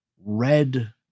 red